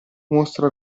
mostra